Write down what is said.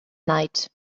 night